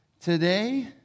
today